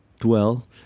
dwell